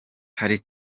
hari